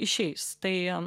išeis tai